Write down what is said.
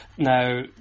Now